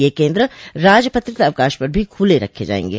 ये केन्द्र राजपत्रित अवकाश पर भी खुले रखे जाएंगे